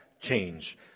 change